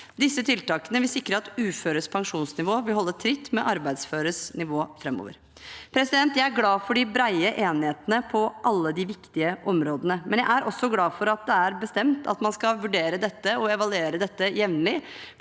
Disse tiltakene vil sikre at uføres pensjonsnivå vil holde tritt med arbeidsføres nivå framover. Jeg er glad for de brede enighetene på alle de viktige områdene, men jeg er også glad for at det er bestemt at man skal vurdere og evaluere dette jevnlig,